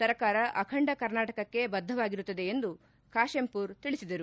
ಸರ್ಕಾರ ಅಖಂಡ ಕರ್ನಾಟಕಕ್ಕೆ ಬದ್ಧವಾಗಿರುತ್ತದೆ ಎಂದು ಕಾಶಂಪೂರ್ ತಿಳಿಸಿದರು